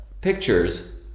pictures